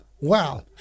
Wow